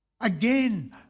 again